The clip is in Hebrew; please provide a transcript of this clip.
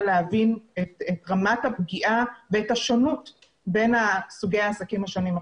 להבין את רמת הפגיעה ואת השונות בין סוגי העסקים השונים.